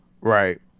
Right